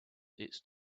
its